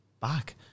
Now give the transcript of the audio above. back